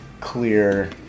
clear